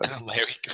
Larry